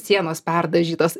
sienos perdažytos